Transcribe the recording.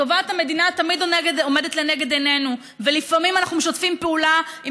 טובת המדינה תמיד עומדת לנגד עינינו ולפעמים אנחנו משתפים פעולה עם